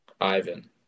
Ivan